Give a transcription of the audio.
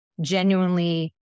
genuinely